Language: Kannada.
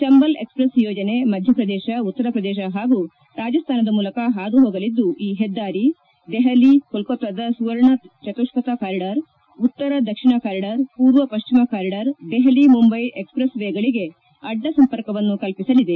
ಚಂಬಲ್ ಎಕ್ಸ್ಪ್ರೆಸ್ ಯೋಜನೆ ಮಧ್ಯಪ್ರದೇಶ ಉತ್ತರ ಪ್ರದೇಶ ಹಾಗೂ ರಾಜಸ್ತಾನದ ಮೂಲಕ ಹಾದುಹೋಗಲಿದ್ದು ಈ ಹೆದ್ದಾರಿ ದೆಹಲಿ ಕೊಲ್ಲತ್ತಾದ ಸುವರ್ಣ ಚತುಷ್ಪಥ ಕಾರಿಡಾರ್ ಉತ್ತರ ದಕ್ಷಿಣ ಕಾರಿಡಾರ್ ಪೂರ್ವ ಪಶ್ಚಿಮ ಕಾರಿಡಾರ್ ದೆಹಲಿ ಮುಂಬ್ನೆ ಎಕ್ಸ್ಪ್ರೆಸ್ ವೇಗಳಗೆ ಅಡ್ಡ ಸಂಪರ್ಕವನ್ನು ಕಲ್ಪಿಸಲಿದೆ